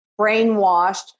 brainwashed